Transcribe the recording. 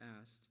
asked